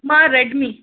मां रेडमी